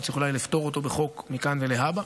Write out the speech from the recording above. ואולי צריך לפתור אותו בחוק מכאן ולהבא.